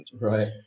Right